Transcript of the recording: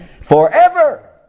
forever